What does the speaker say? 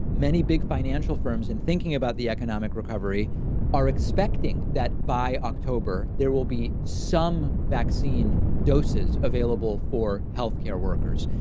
many big financial firms and thinking about the economic recovery are expecting that by october there will be some vaccine doses available for health care workers.